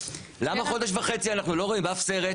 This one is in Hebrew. למה חודש וחצי אנחנו לא רואים אף סרט?